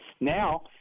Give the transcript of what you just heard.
now